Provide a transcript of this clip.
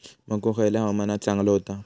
मको खयल्या हवामानात चांगलो होता?